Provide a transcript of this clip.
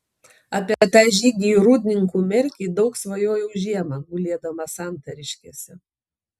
apie tą žygį į rūdninkų merkį daug svajojau žiemą gulėdamas santariškėse